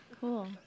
Cool